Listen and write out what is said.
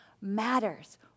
matters